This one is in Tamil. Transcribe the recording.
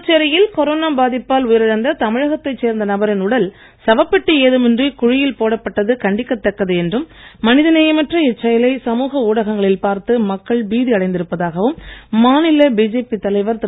புதுச்சேரியில் கொரோனா பாதிப்பால் உயிர் இழந்த தமிழகத்தைச் சேர்ந்த நபரின் உடல் சவப்பெட்டி ஏதும் இன்றி குழியில் போடப்பட்டது கண்டிக்கத் தக்கது என்றும் மனிதநேயமற்ற இச்செயலை சமூக ஊடகங்களில் பார்த்து மக்கள் பீதி அடைந்திருப்பதாகவும் மாநில பிஜேபி தலைவர் திரு